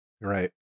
Right